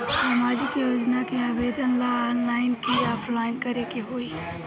सामाजिक योजना के आवेदन ला ऑनलाइन कि ऑफलाइन करे के होई?